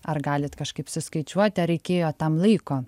ar galit kažkaip suskaičiuoti ar reikėjo tam laiko